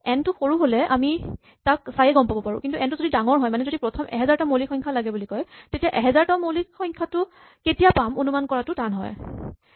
N টো সৰু হ'লে আমি তাক চায়েই গম পাব পাৰো কিন্তু এন টো যদি ডাঙৰ হয় মানে যদি প্ৰথম এহাজাৰটা মৌলিক সংখ্যা লাগে বুলি কয় তেতিয়া এহাজাৰতম মৌলিক সংখ্যাটো কেতিয়া পাম অনুমান কৰাটো টান হ'ব